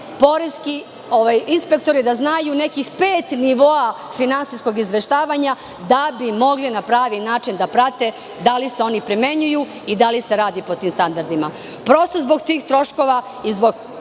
poreski inspektori da znaju nekih pet nivoa finansijskog izveštavanja da bi mogli na pravi način da prate da li se oni primenjuju i da li se radi po tim standardima. Prosto zbog tih troškova i kod